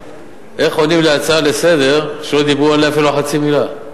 איך עונים על הצעה לסדר-היום שלא דיברו עליה אפילו חצי מלה?